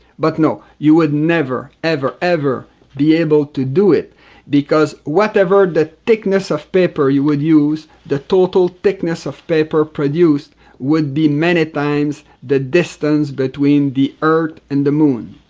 but no, you would never, ever, ever be able to do it because, whatever the thickness of paper you would use, the total thickness of paper produced would be many times the distance between the earth and the moon.